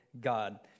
God